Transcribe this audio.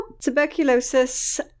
tuberculosis